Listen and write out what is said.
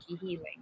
healing